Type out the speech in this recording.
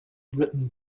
written